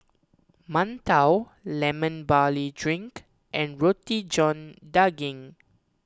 Mantou Lemon Barley Drink and Roti John Daging